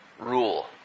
rule